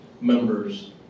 members